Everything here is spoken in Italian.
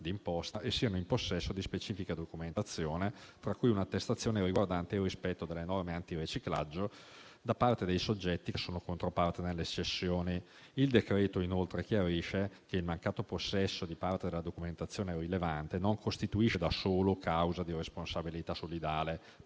d'imposta e siano in possesso di specifica documentazione, tra cui una attestazione riguardante il rispetto delle norme anti-riciclaggio da parte dei soggetti che sono controparte nelle cessioni. Il decreto inoltre chiarisce che il mancato possesso di parte della documentazione rilevante non costituisce da solo causa di responsabilità solidale